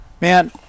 man